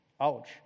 ouch